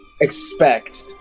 expect